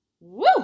Woo